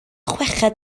chweched